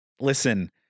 listen